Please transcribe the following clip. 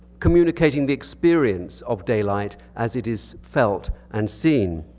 communicating the experience of daylight as it is felt and seen.